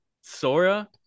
Sora